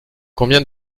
combien